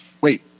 Wait